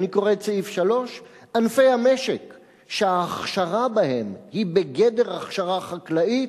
אני קורא את סעיף 3: "ענפי המשק שההכשרה בהם היא בגדר הכשרה חקלאית,